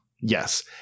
Yes